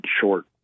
short